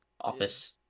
office